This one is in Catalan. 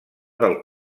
del